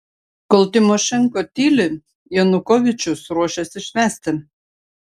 kol tymošenko tyli janukovyčius ruošiasi švęsti